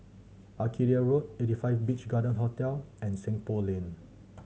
Arcadia Road Eighty Five Beach Garden Hotel and Seng Poh Lane